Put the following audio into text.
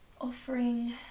Offering